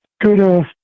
good